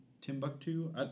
timbuktu